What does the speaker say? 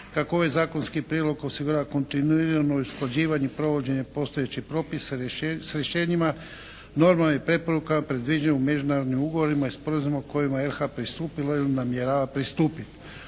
kako ovaj zakonski prijedlog osigurava kontinuirano usklađivanje i provođenje postojećih propisa s rješenjima, normama i preporukama predviđenim međunarodnim ugovorima i sporazumima kojima je Republika Hrvatska pristupila ili namjerava pristupiti.